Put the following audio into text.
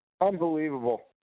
Unbelievable